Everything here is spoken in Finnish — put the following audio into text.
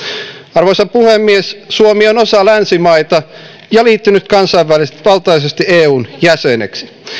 arvoisa puhemies suomi on osa länsimaita ja liittynyt kansanvaltaisesti eun jäseneksi